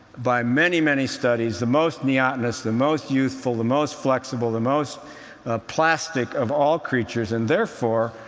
by many, many studies, the most neotenous, the most youthful, the most flexible, the most plastic of all creatures. and therefore,